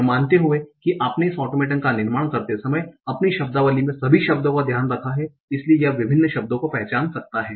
यह मानते हुए कि आपने इस ऑटोमेटन का निर्माण करते समय अपनी शब्दावली में सभी शब्दों का ध्यान रखा है इसलिए यह विभिन्न शब्दों को पहचान सकता है